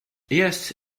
yes